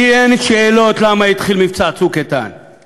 לי אין שאלות למה התחיל מבצע "צוק איתן";